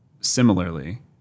Similarly